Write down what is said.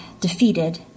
defeated